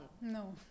No